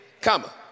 comma